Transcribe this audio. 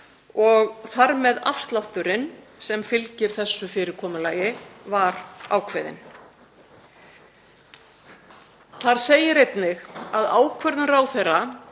og þar með afslátturinn sem fylgir þessu fyrirkomulagi, var ákveðið. Þar segir einnig að ákvörðun hæstv.